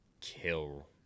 kill